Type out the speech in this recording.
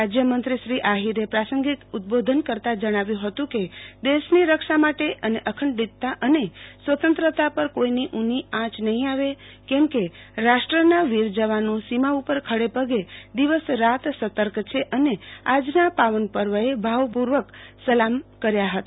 રાજ્યમંત્રી શ્રી આહિરે પ્રાસંગિક ઉદબોધન કરતા જણાવ્યું હતું કે દેશની રક્ષા માટે અને અખંડિતતા અને સ્વતંત્રતા પર કોઈની ઉની આંચ નહીં આવે કેમ કે રાષ્ટ્રના વીર જવાનો સીમા ઉપર ખડેપગે દિવસ રાત સતર્ક છે અને આજના પાવન પર્વએ ભાવપૂર્વક સલામ કર્યા હતા